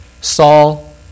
Saul